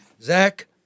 Zach